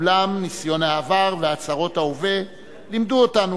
אולם ניסיון העבר והצהרות ההווה לימדו אותנו